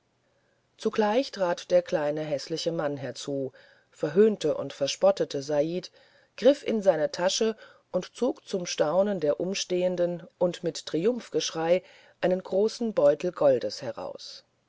zugleich trat der kleine häßliche mann herzu verhöhnte und verspottete said griff in seine tasche und zog zum staunen der umstehenden und mit triumphgeschrei einen großen beutel mit gold heraus